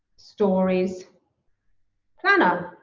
stories planner.